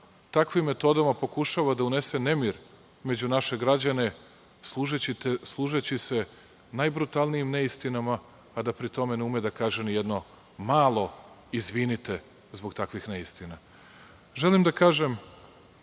takvim metodama pokušava da unese nemir među naše građane, služeći se najbrutalnijim neistinama, a da pri tome ne ume da kaže ni jedno malo – izvinite zbog takvih neistina. Želim da kažem,